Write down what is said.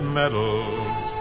medals